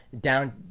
down –